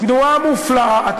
תנועה מופלאה, זה לא שקר?